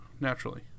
Naturally